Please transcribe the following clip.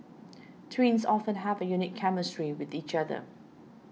twins often have a unique chemistry with each other